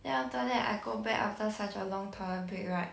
then after that I go back after such a long toilet break right